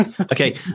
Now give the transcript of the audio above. Okay